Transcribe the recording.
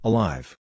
Alive